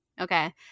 okay